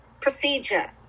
procedure